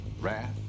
wrath